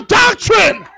doctrine